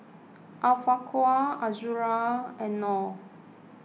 Afiqah Azura and Nor